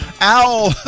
Owl